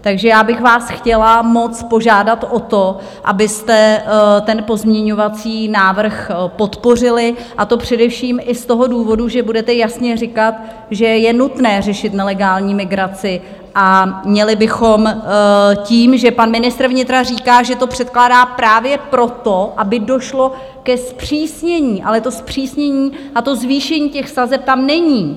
Takže já bych vás chtěla moc požádat o to, abyste ten pozměňovací návrh podpořili, a to především i z toho důvodu, že budete jasně říkat, že je nutné řešit nelegální migraci, a měli bychom tím, že pan ministr vnitra říká, že to předkládá právě proto, aby došlo ke zpřísnění, ale to zpřísnění a to zvýšení sazeb tam není.